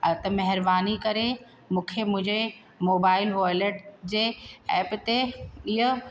हा त महिरबानी करे मूंखे मुंहिंजे मोबाइल वॉएलेट जे ऐप ते इहा